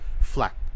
flat